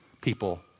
people